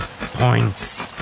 points